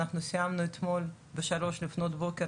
אנחנו סיימנו אתמול בשלוש לפנות בוקר